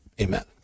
Amen